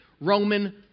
Roman